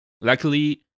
Luckily